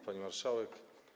Pani Marszałek!